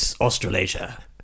Australasia